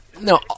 No